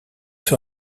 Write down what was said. sur